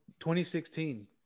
2016